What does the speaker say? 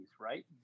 right